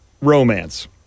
Romance